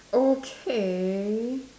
okay